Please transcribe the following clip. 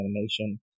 animation